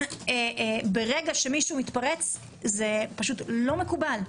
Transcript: ברגע שמישהו מתפרץ זה פשוט לא מקובל.